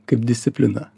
kaip disciplina